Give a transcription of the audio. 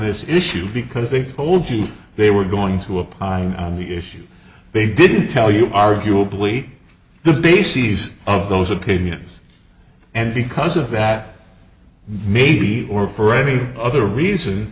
this issue because they told you they were going to apply on the issue they didn't tell you arguably the bases of those opinions and because of that maybe or for any other reason